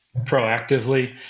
proactively